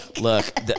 Look